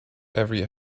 every